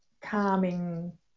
calming